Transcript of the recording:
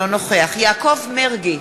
אינו נוכח יעקב מרגי,